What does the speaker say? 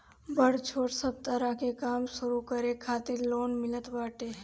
बड़ छोट सब तरह के काम शुरू करे खातिर लोन मिलत बाटे